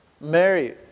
Mary